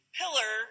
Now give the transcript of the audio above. pillar